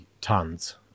tons